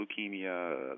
leukemia